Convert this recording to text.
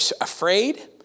afraid